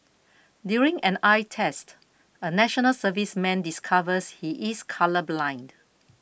during an eye test a National Serviceman discovers he is colourblind